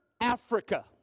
Africa